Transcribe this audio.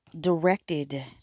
directed